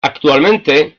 actualmente